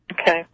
Okay